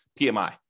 PMI